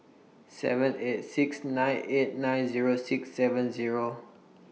seven eight six nine eight nine Zero six seven Zero